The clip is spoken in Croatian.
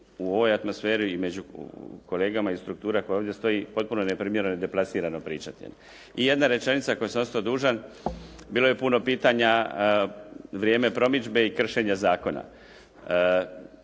u ovoj atmosferi i među kolegama i strukturama koje ovdje stoji potpuno neprimjereno i deplasirano pričati. I jedna rečenica koju sam ostao dužan. Bilo je puno pitanja vrijeme promidžbe i kršenja zakona.